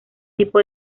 tipo